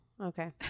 Okay